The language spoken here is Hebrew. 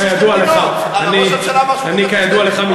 כידוע לך,